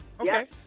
Okay